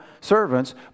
servants